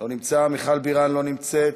לא נמצא, מיכל בירן, לא נמצאת,